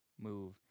Move